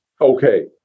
Okay